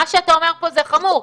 מה שאתה אומר פה זה חמור.